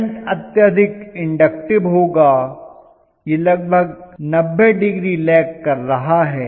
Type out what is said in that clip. current अत्यधिक inductive होगा यह लगभग 90 डिग्री लैग कर रहा है